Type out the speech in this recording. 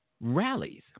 rallies